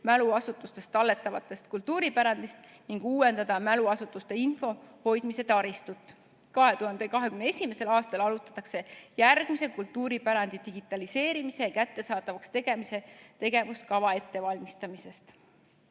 mäluasutustes talletavast kultuuripärandist ning uuendada mäluasutuste infohoidmise taristut. 2021. aastal arutatakse järgmise kultuuripärandi digitaliseerimise ja kättesaadavaks tegemise tegevuskava ettevalmistamist.